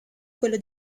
quello